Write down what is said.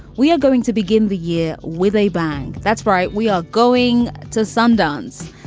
we are going to begin the year with a bang. that's right. we are going to sundance.